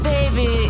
Baby